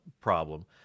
problem